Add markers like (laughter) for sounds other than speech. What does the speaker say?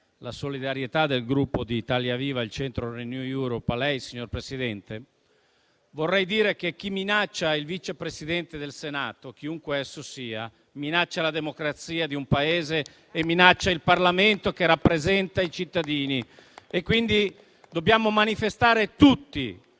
la solidarietà del Gruppo Italia Viva-Il Centro-Renew Europe a lei, signor Presidente, vorrei dire che chi minaccia il Vice Presidente del Senato, chiunque esso sia, minaccia la democrazia di un Paese e minaccia il Parlamento, che rappresenta i cittadini. (applause) Dobbiamo quindi manifestare tutti